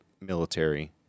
military